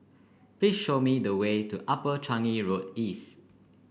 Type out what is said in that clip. please show me the way to Upper Changi Road East